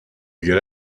get